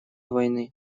войны